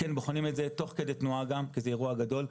בוחנים את זה תוך כדי תנועה גם כי זה אירוע גדול,